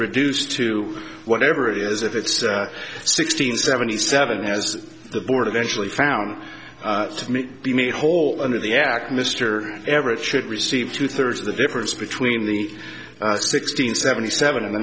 reduced to whatever it is if it's sixteen seventy seven as the board eventually found to meet be made whole under the act mr everett should receive two thirds of the difference between the sixteen seventy seven and the